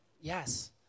yes